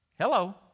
Hello